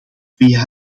via